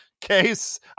case